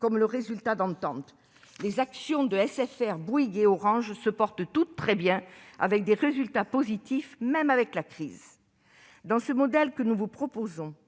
comme le résultat d'ententes. Les actions de SFR, Bouygues et Orange se portent toutes très bien, leurs résultats étant positifs, même avec la crise ! Dans le modèle que nous vous proposons,